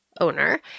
owner